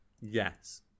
Yes